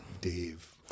Dave